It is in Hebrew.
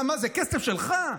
מה, זה כסף שלך?